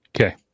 Okay